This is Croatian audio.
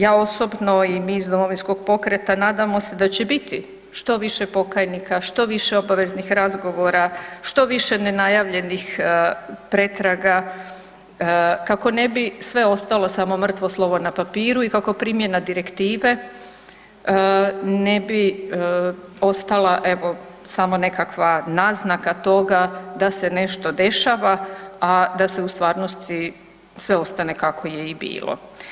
Ja osobno i mi iz Domovinskog pokreta nadamo se da će biti što više pokajnika, što više obaveznih razgovora, što više nenajavljenih pretraga kako ne bi sve ostalo samo mrtvo slovo na papiru i kako primjena direktive ne bi ostala evo samo nekakva naznaka toga da se nešto dešava, a da se u stvarnosti sve ostane kako je i bilo.